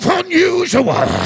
unusual